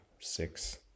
Six